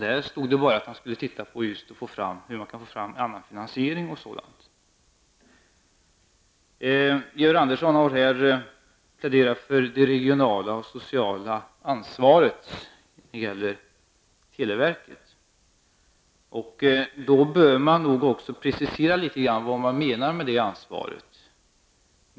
Där stod det bara att utredningen skulle undersöka hur man kan få till stånd en annan finansiering, m.m. Georg Andersson har här pläderat för televerkets regionala och sociala ansvaret. Han bör nog även litet grand precisera vad han menar med det ansvaret.